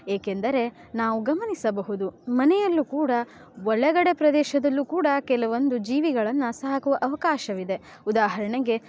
ಏಕೆಂದರೆ ನಾವು ಗಮನಿಸಬಹುದು ಮನೆಯಲ್ಲೂ ಕೂಡ ಒಳಗಡೆ ಪ್ರದೇಶದಲ್ಲೂ ಕೂಡ ಕೆಲವೊಂದು ಜೀವಿಗಳನ್ನು ಸಾಕುವ ಅವಕಾಶವಿದೆ ಉದಾಹರಣೆಗೆ